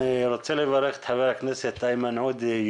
אני רוצה לברך את חבר הכנסת איימון עודה,